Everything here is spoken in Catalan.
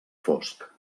fosc